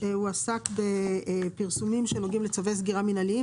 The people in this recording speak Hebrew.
עסק בפרסומים שנוגעים לצווי סגירה מינהליים.